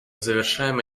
завершаем